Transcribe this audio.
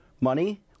money